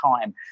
time